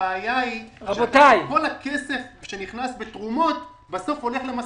הבעיה היא שכל הכסף שנכנס בתרומות הולך בסוף למשכורות,